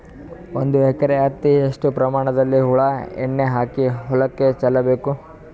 ಒಂದು ಎಕರೆ ಹತ್ತಿ ಎಷ್ಟು ಪ್ರಮಾಣದಲ್ಲಿ ಹುಳ ಎಣ್ಣೆ ಹಾಕಿ ಹೊಲಕ್ಕೆ ಚಲಬೇಕು?